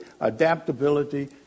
adaptability